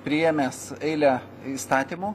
priėmęs eilę įstatymų